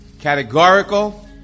categorical